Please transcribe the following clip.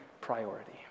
priority